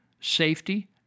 safety